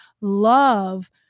love